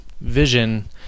vision